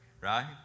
right